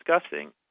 discussing